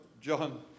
John